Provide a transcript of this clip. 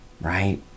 right